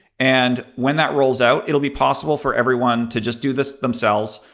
and when that rolls out, it'll be possible for everyone to just do this themselves.